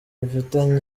rufitanye